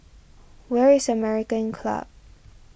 where is American Club